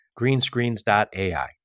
Greenscreens.ai